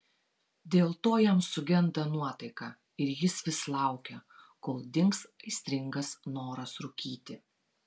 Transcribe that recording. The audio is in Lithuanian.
dėl to jam sugenda nuotaika ir jis vis laukia kol dings aistringas noras rūkyti